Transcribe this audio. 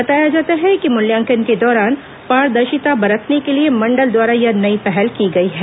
बताया जाता है कि मूल्यांकन के दौरान पारदर्शिता बरतने के लिए मंडल द्वारा यह नई पहल की गई है